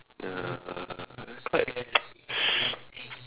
ya quite